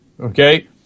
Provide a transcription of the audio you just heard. Okay